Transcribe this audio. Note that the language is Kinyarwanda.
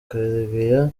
karegeya